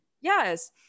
Yes